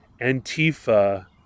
antifa